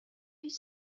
هیچ